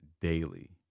daily